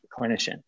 clinician